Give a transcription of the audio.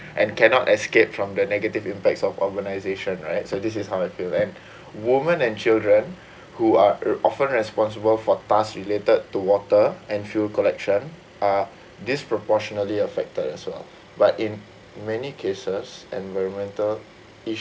and cannot escape from the negative impacts of organisation right so this is how it will end women and children who are uh often responsible for tasks related to water and fuel collection are disproportionately affected as well but in many cases environmental issues